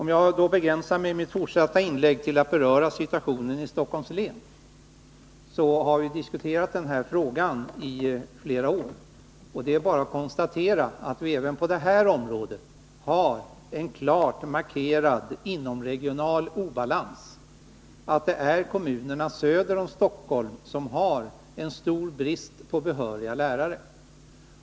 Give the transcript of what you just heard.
Jag begränsar mig i fortsättningen till att beröra situationen i Stockholms län. Denna fråga har vi diskuterat under flera år. Det är bara att konstatera att vi även på detta område har en klart markerad inomregional obalans och att det är kommunerna söder om Stockholm som har en stor brist på behöriga lärare.